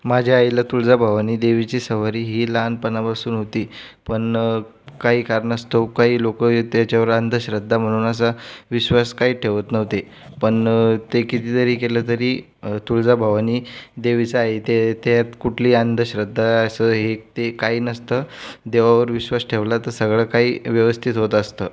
माझ्या आईला तुळजाभवानी देवीची सवारी ही लहानपणापासून होती पण काही कारणास्तव काही लोकं हे त्याच्यावर अंधश्रद्धा म्हणून असा विश्वास काही ठेवत नव्हते पण ते कितीतरी केलं तरी तुळजाभवानी देवीचं आहे ते त्यात कुठली अंधश्रद्धा असं हे ते काही नसतं देवावर विश्वास ठेवला तर सगळं काही व्यवस्थित होत असतं